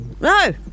no